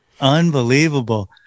Unbelievable